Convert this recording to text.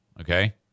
Okay